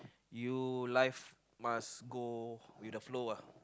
you life must go with the flow uh